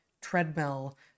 treadmill